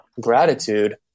gratitude